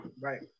right